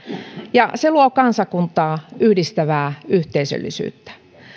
ja se luo kansakuntaa yhdistävää yhteisöllisyyttä